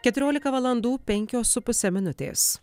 keturiolika valandų penkios su puse minutės